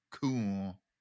cool